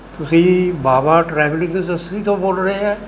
ਤੁਸੀਂ ਜੀ Bawa travelling agency ਤੋਂ ਬੋਲ ਰਹੇ ਹੋ